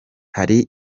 hari